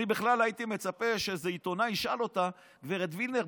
אני בכלל הייתי מצפה שאיזה עיתונאי ישאל אותה: גב' וילנר,